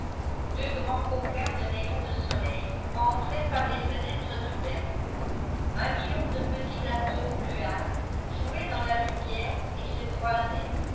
deux grands coquins de rayons de soleil entraient par les fenêtres ouvertes un million de petits atomes bleuâtres jouaient dans la lumière et se